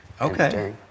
Okay